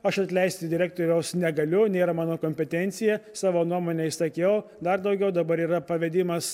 aš atleisti direktoriaus negaliu nėra mano kompetencija savo nuomonę išsakiau dar daugiau dabar yra pavedimas